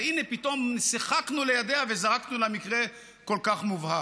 והינה פתאום שיחקנו לידיה וזרקנו לה מקרה כל כך מובהק.